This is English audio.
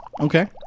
Okay